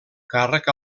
càrrec